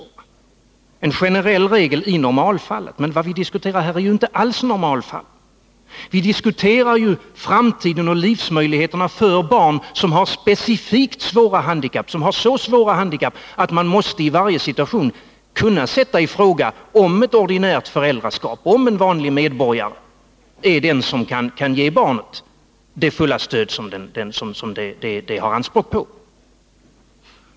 Det är en generell regel i normalfallet, men vad vi diskuterar är ju inte alls normalfall. Vi diskuterar ju framtiden och livsmöjligheterna för barn som har specifikt svåra handikapp — så svåra att man i varje situation måste kunna sätta i fråga ett ordinärt föräldraskap, om en vanlig medborgare är den som kan ge barnet det fulla stöd som det har anspråk på.